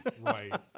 right